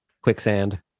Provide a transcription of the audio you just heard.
quicksand